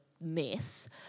mess